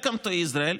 welcome to Israel,